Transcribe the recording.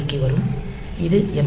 க்கு வரும் இது எம்